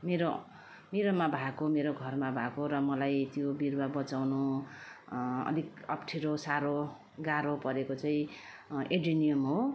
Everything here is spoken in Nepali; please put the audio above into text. मेरो मेरोमा भएको मेरो घरमा भएको र मलाई त्यो बिरुवा बचाउनु अलिक अप्ठ्यारो साह्रो गाह्रो परेको चाहिँ एन्ड्रेनियम हो